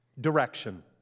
Direction